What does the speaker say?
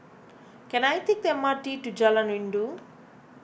can I take the M R T to Jalan Rindu